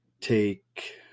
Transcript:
take